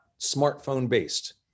smartphone-based